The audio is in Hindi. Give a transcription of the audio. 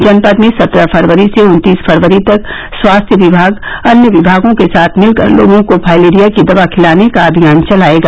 जनपद में सत्रह फरवरी से उन्तीस फरवरी तक स्वास्थ्य विभाग अन्य विभागों के साथ मिलकर लोगों को फाइलेरिया की दवा खिलाने का अभियान चलायेगा